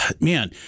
man